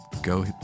go